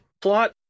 plot